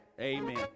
Amen